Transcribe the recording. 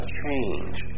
change